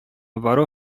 бару